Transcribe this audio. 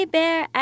Bear